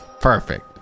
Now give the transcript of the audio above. Perfect